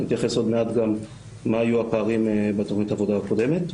אני אתייחס עוד מעט למה היו הפערים בתכנית העבודה הקודמת.